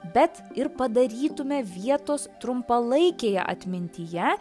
bet ir padarytume vietos trumpalaikėje atmintyje